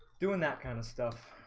doing that kind of stuff.